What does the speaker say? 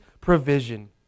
provision